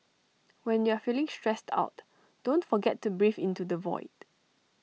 when you are feeling stressed out don't forget to breathe into the void